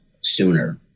sooner